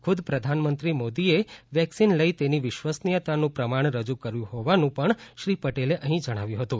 ખુદ પ્રધાનમંત્રી મોદી એ વેક્સિન લઈ તેની વિસવશનીયતાનું પ્રમાણ રજૂ કર્યું હોવાનું પણ શ્રી પટેલે અહી જણાવ્યુ હતું